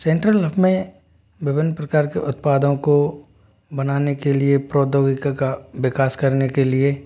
central hub में विभिन्न प्रकार के उत्पादों को बनाने के लिए प्रौद्योगिकी का विकास करने के लिए